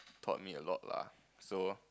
taught me a lot lah so